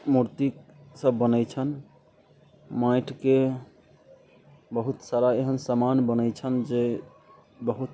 मूर्तिसभ बनैत छनि माटिके बहुत सारा एहन सामान बनैत छनि जे बहुत